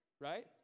right